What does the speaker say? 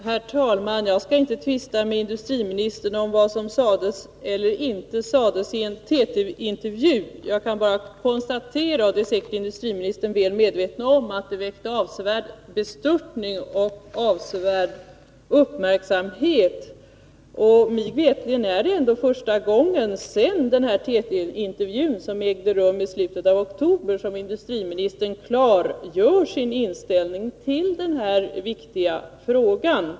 Herr talman! Jag skall inte tvista med industriministern om vad som sades eller inte sades i en TT-intervju. Jag kan bara konstatera — och det är säkert industriministern väl medveten om — att den väckte avsevärd bestörtning och uppmärksamhet. Mig veterligt är det ändå första gången sedan denna TT-intervju — den ägde rum i slutet av oktober — som industriministern klargör sin inställning till denna viktiga fråga.